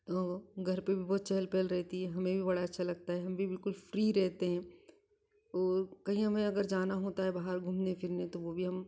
तो घर पर भी बहुत चहल पहल रहती है हमें भी बड़ा अच्छा लगता है हम भी बिल्कुल फ़्री रहते हैं और कही हमें अगर जाना होता है बाहर घूमने फिरने तो वह भी हम